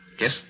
Yes